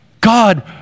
God